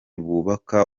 bubaka